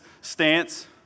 stance